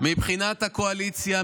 מבחינת הקואליציה,